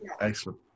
Excellent